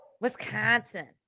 Wisconsin